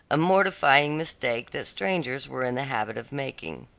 a mortifying mistake that strangers were in the habit of making.